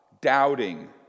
doubting